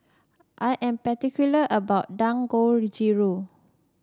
I am particular about Dangojiru